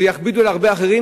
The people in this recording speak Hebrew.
ויכבידו על הרבה אחרים,